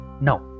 Now